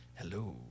hello